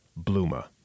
Bluma